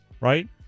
right